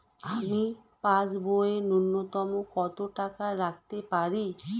আমি পাসবইয়ে ন্যূনতম কত টাকা রাখতে পারি?